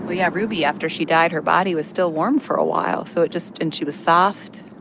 well, yeah. ruby after she died, her body was still warm for a while. so it just and she was soft